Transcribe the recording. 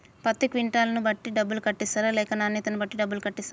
పత్తి క్వింటాల్ ను బట్టి డబ్బులు కట్టిస్తరా లేక నాణ్యతను బట్టి డబ్బులు కట్టిస్తారా?